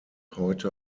heute